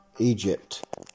egypt